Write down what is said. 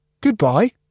Goodbye